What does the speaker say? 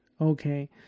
Okay